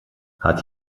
hat